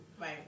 Right